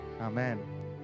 Amen